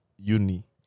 Uni